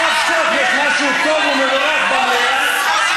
סוף-סוף יש משהו טוב ומבורך במליאה,